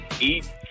eat